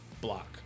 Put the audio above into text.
block